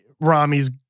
Rami's